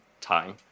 time